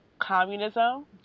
communism